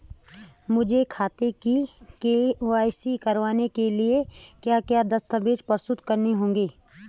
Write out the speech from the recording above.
मुझे खाते की के.वाई.सी करवाने के लिए क्या क्या दस्तावेज़ प्रस्तुत करने होंगे?